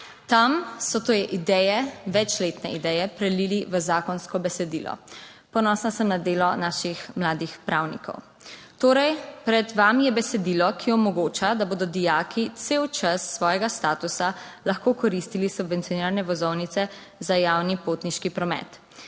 Tam so te ideje, večletne ideje prelili v zakonsko besedilo. Ponosna sem na delo naših mladih pravnikov. Torej pred vami je besedilo, ki omogoča, da bodo dijaki cel čas svojega statusa lahko koristili subvencionirane vozovnice za javni potniški promet.